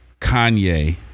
Kanye